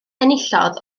enillodd